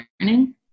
learning